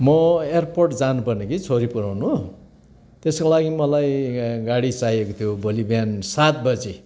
म एयरपोर्ट जानु पर्ने कि छोरी पुऱ्याउनु त्यसको लागि मलाई गाडी चाहिएको थियो भोलि बिहान सात बजी